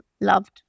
loved